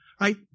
right